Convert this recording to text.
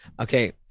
Okay